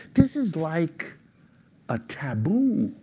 this is like a taboo.